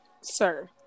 Sir